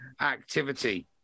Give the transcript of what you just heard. activity